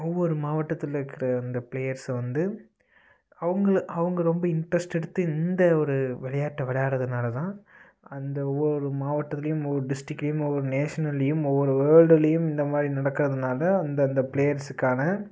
ஒவ்வொரு மாவட்டத்தில் இருக்கிற அந்த ப்ளேயர்சை வந்து அவங்கள அவங்க ரொம்ப இன்ட்ரெஸ்ட் எடுத்து இந்த ஒரு விளையாட்டை விளையாடுறதுனால தான் அந்த ஒவ்வொரு மாவட்டத்திலேயும் ஒவ்வொரு டிஸ்ட்ரிக்லேயும் ஒவ்வொரு நேஷ்னல்லேயும் ஒவ்வொரு வேர்ல்டுலேயும் இந்த மாதிரி நடக்கிறதுனால அந்தந்த ப்ளேயர்ஸ்ஸுக்கான